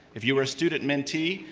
if you were a student mentee,